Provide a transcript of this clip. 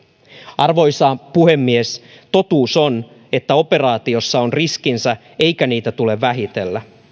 arvoisa puhemies totuus on että operaatiossa on riskinsä eikä niitä tule vähätellä